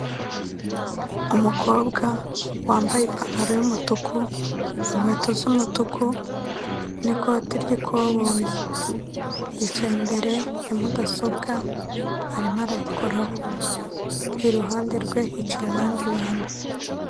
Umukobwa wambaye ipantaro y'umutuku, inkweto z'umutuku n'ikoti ry'ikoboyi. Yicaye imbere ya mudasobwa, arimo arayikoraho. Iruhande rwe hicaye abandi bantu.